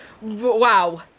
wow